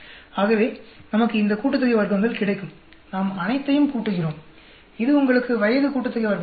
ஆகவே நமக்கு இந்த கூட்டுத்தொகை வர்க்கங்கள் கிடைக்கும் நாம் அனைத்தையும் கூட்டுகிறோம் இது உங்களுக்கு வயது கூட்டுத்தொகை வர்க்கங்களைத் தரும்